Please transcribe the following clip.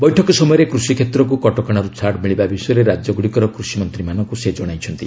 ବୈଠକ ସମୟରେ କୃଷିକ୍ଷେତ୍ରକୁ କଟକଣାରୁ ଛାଡ଼ ମିଳିବା ବିଷୟରେ ରାଜ୍ୟଗୁଡ଼ିକର କୃଷିମନ୍ତ୍ରୀମାନଙ୍କୁ ସେ ଜଣାଇଛନ୍ତି